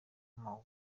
ubuntu